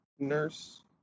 nurse